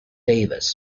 davis